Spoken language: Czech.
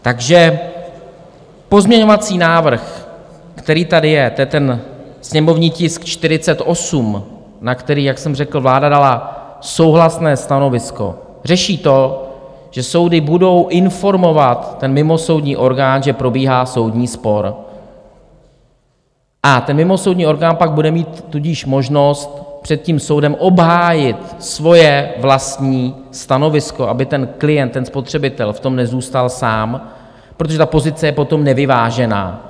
Takže pozměňovací návrh, který tady je, to je ten sněmovní tisk 48, na který, jak jsem řekl, vláda dala souhlasné stanovisko, řeší to, že soudy budou informovat mimosoudní orgán, že probíhá soudní spor, a mimosoudní orgán pak bude mít tudíž možnost před soudem obhájit svoje vlastní stanovisko, aby klient spotřebitel v tom nezůstal sám, protože ta pozice je potom nevyvážená.